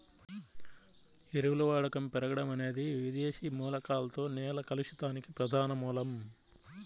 ఎరువుల వాడకం పెరగడం అనేది విదేశీ మూలకాలతో నేల కలుషితానికి ప్రధాన మూలం